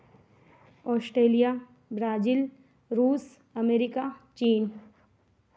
Australia Brazil Russia America China